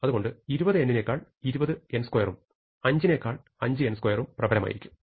അതുകൊണ്ടു 20n നേക്കാൾ 20n2 ഉം 5 നേക്കാൾ 5n2 ഉം പ്രബലമായിരിക്കും